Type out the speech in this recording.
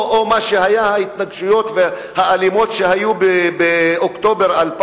או מה שהיו ההתנגשויות האלימות באוקטובר 2000?